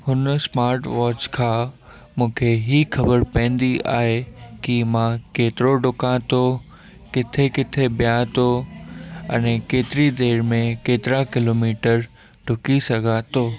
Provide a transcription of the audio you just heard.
हुन स्मार्टवॉच खां मूंखे हीअ ख़बर पवंदी आहे की मां केतिरो डुकां थो किथे किथे बिहां थो अने केतिरी देरि में केतिरा किलोमीटर डुकी सघां थो